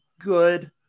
good